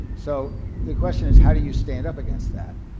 so, the question is, how do you stand up against that?